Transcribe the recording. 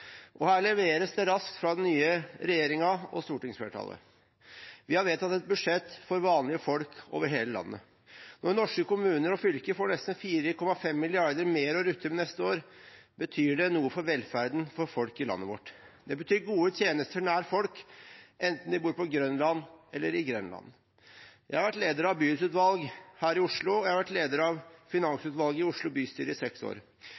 Og her leveres det raskt fra den nye regjeringen og stortingsflertallet. Vi har vedtatt et budsjett for vanlige folk over hele landet. Når norske kommuner og fylker får nesten 4,5 mrd. kr mer å rutte med neste år, betyr det noe for velferden for folk i landet vårt. Det betyr gode tjenester nær folk, enten de bor på Grønland eller i Grenland. Jeg har vært leder for et bydelsutvalg her i Oslo, og jeg har vært leder for finansutvalget i Oslo bystyre i seks år.